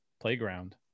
playground